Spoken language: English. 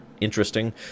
interesting